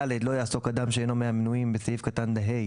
(ד) לא יעסוק אדם שאינו מהמנויים בסעיף קטן (ה)